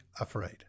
afraid